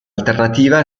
alternativa